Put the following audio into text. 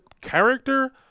character